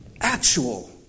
actual